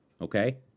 okay